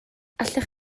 allech